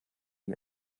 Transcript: wie